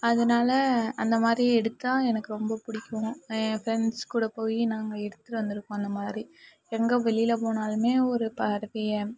அதனால் அந்தமாதிரி எடுத்தா எனக்கு ரொம்ப பிடிக்கும் நான் என் ப்ரண்ட்ஸ் கூட போய் நாங்கள் எடுத்துகிட்டு வந்துயிருக்கோம் அந்தமாதிரி எங்க வெளியில போனாலுமே ஒரு பறவையை